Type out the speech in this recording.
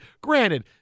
Granted